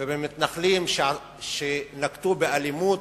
ובמתנחלים שנהגו באלימות.